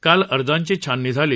काल अर्जाची छाननी झाली